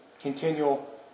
continual